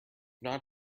not